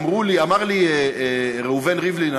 שאמר לי ראובן ריבלין,